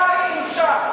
בושה וחרפה.